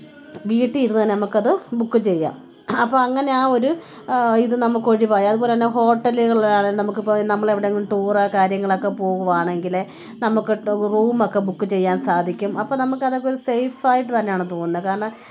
വീട്ടിലിരുന്ന് തന്നെ നമുക്കത് ബുക്ക് ചെയ്യാം അപ്പോൾ അങ്ങനെ ആ ഒരു ഇത് നമുക്ക് ഒഴിവായി അത് പോലെ തന്നെ ഹോട്ടലുകളിലാണേൽ നമുക്ക് ഇപ്പോൾ നമ്മളെവിടെങ്കിലും ടൂറേ കാര്യങ്ങളൊക്കെ പോകുവാണെങ്കിൽ നമുക്ക് റൂമൊക്കെ ബുക്ക് ചെയ്യാൻ സാധിക്കും അപ്പോൾ നമുക്ക് അതൊക്കെ ഒരു സേഫ് ആയിട്ട് തന്നാണ് തോന്നുന്നത് കാരണം